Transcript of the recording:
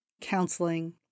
counseling